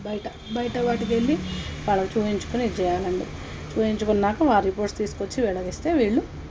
బయట బయట వాటికి వెళ్ళి వాళ్ళకి చూయించుకొని ఇది చేయాలి అండి చూయించుకున్నాక ఆ రిపోర్ట్స్ తీసుకొచ్చి వీళ్ళకి ఇస్తే వీళ్ళకి ఇస్తే